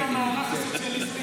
בעצמה כתבה: